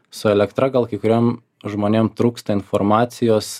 su elektra gal kai kuriem žmonėm trūksta informacijos